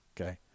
Okay